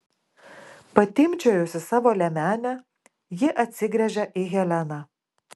patimpčiojusi savo liemenę ji atsigręžia į heleną